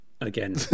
again